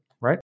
right